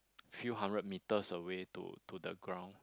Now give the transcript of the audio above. few hundred metres away to to the ground